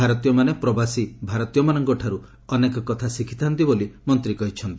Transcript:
ଭାରତୀୟମାନେ ପ୍ରବାସୀ ଭାରତୀୟମାନଙ୍କଠାରୁ ଅନେକ କଥା ଶିଖିଥା'ନ୍ତି ବୋଲି ମନ୍ତ୍ରୀ କହିଛନ୍ତି